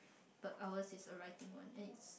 but ours is the writing one and it's